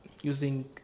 using